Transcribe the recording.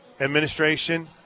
administration